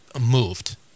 moved